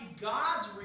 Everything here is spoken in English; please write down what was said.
God's